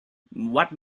what